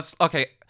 Okay